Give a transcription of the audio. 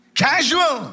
casual